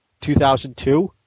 2002